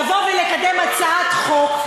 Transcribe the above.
לבוא ולקדם הצעת חוק,